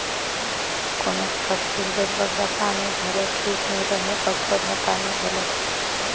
कोनोच फसिल बर बगरा पानी घलो ठीक नी रहें अउ थोरहें पानी घलो